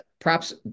props